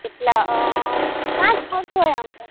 કેટલા અ પાંચ પર જ હોય આમ તો